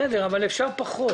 בסדר, אבל אפשר פחות.